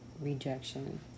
rejection